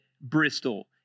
Bristol